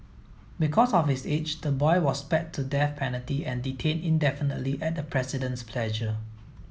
because of his age the boy was spared the death penalty and detained indefinitely at the President's pleasure